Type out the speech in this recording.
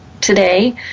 today